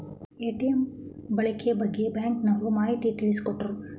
ATM ಬಳಕೆ ಬಗ್ಗೆ ಬ್ಯಾಂಕಿನವರು ಮಾಹಿತಿ ತಿಳಿಸಿಕೊಟ್ಟರು